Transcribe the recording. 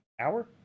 Hour